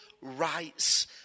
rights